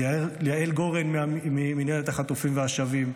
ליעל גורן ממינהלת החטופים והשבים,